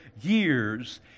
years